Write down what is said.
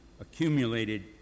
accumulated